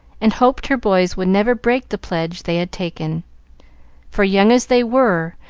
and hoped her boys would never break the pledge they had taken for, young as they were,